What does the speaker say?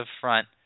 front